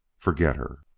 forget her.